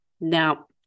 Now